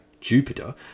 Jupiter